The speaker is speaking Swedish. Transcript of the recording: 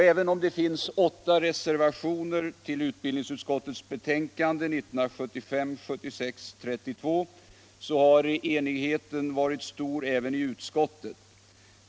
Även om det finns åtta reservationer till utbildningsutskottets betänkande 1975/76:32 så har enigheten varit stor även i utskottet.